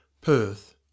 Perth